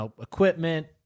equipment